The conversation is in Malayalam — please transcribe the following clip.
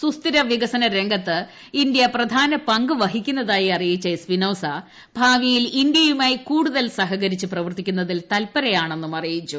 സുസ്ഥിര വികസന രംഗത്ത് ഇന്ത്യ പ്രധാന പങ്ക് വഹിക്കുന്നതായി അറിയിച്ച എസ്പിനോസ ഭാവിയിൽ ഇന്തൃയുമായി കൂടുതൽ സഹകരിച്ച് പ്രവർത്തിക്കുന്നതിൽ തല്പരയാണെന്നും അറിയിച്ചു